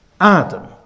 Adam